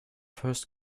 first